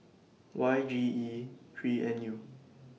Y G E three N U